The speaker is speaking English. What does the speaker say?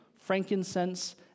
frankincense